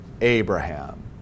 Abraham